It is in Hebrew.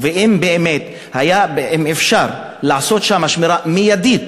ואם באמת היה אפשר לעשות שם שמירה מיידית,